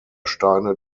steine